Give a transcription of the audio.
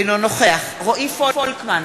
אינו נוכח רועי פולקמן,